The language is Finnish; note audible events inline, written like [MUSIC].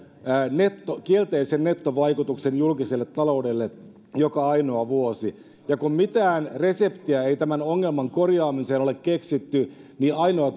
kielteisen nettovaikutuksen julkiselle taloudelle joka ainoa vuosi kun mitään reseptiä ei tämän ongelman korjaamiseen ole keksitty ainoa [UNINTELLIGIBLE]